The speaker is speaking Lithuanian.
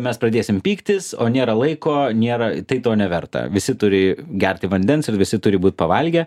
mes pradėsim pyktis o nėra laiko nėra tai to neverta visi turi gerti vandens ir visi turi būt pavalgę